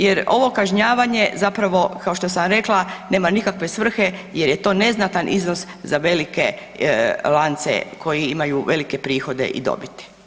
Jer ovo kažnjavanje zapravo, kao što sam rekla, nema nikakve svrhe jer je to neznatan iznos za velike lance koji imaju velike prihode i dobiti.